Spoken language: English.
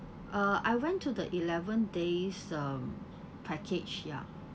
uh I went to the eleven days um package ya